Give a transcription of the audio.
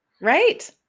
right